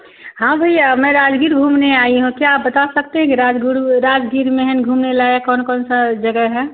हाँ भैया मैं राजगीर घूमने आई हूँ क्या आप बता सकते हैं कि राजगुरु राजगीर में एहेन घूमने लायक कौन कौन सा जगह है